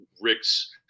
Rick's